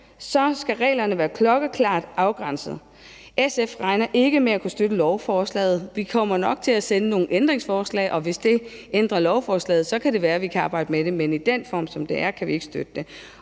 skal reglerne være klokkeklart afgrænsede. SF regner ikke med at kunne støtte lovforslaget. Vi kommer nok til at sende nogle ændringsforslag over, og hvis det ændrer lovforslaget, kan det være, vi kan arbejde med det. Men i den form, som det ligger, kan vi ikke støtte det.